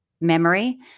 memory